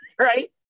right